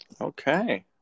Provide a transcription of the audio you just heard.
Okay